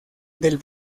del